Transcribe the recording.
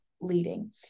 leading